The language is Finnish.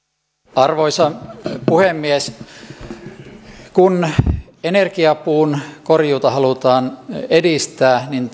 arvoisa puhemies kun energiapuun korjuuta halutaan edistää niin